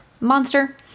monster